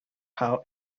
how